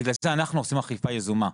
בגלל זה אנחנו עושים אכיפה יזומה,